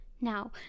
Now